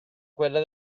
quella